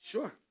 Sure